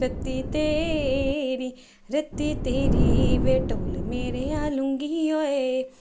ਰੱਤੀ ਤੇਰੀ ਰੱਤੀ ਤੇਰੀ ਵੇ ਢੋਲ ਮੇਰਿਆਂ ਲੂੰਗੀ ਓਏ